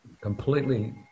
completely